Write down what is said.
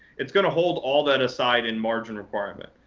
it's going to hold all that aside in margin requirement.